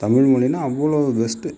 தமிழ்மொழின்னா அவ்வளோ பெஸ்ட்டு